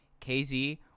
KZ